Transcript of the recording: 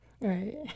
Right